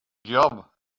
job